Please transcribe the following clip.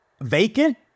vacant